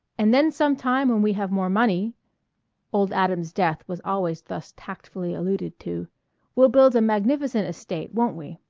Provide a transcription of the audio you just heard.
and then some time when we have more money old adam's death was always thus tactfully alluded to we'll build a magnificent estate, won't we?